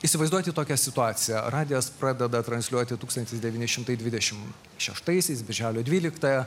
įsivaizduoti tokią situaciją radijas pradeda transliuoti tūkstantis devyni šimtai dvidešim šeštaisiais birželio dvyliktąją